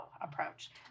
approach